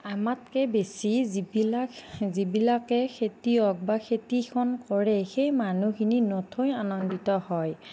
আমাতকৈ বেছি যিবিলাক যিবিলাকে খেতিয়ক বা খেতিখন কৰে সেই মানুহখিনি নথৈ আনন্দিত হয়